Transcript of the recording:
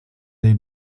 dei